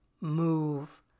move